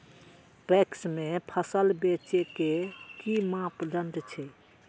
PACS में फसल बेचे के कि मापदंड छै?